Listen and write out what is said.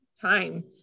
time